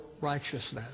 righteousness